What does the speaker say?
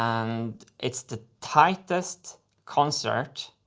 and it's the tightest concert,